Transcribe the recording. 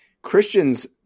Christian's